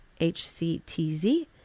HCTZ